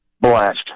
Blast